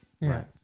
Right